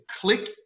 click